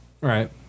right